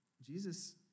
Jesus